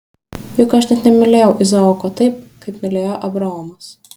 juk aš net nemylėjau izaoko taip kaip mylėjo abraomas